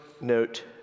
note